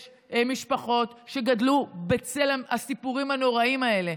יש משפחות שגדלו בצל הסיפורים הנוראיים האלה,